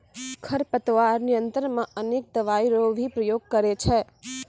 खरपतवार नियंत्रण मे अनेक दवाई रो भी प्रयोग करे छै